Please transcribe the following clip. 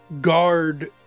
guard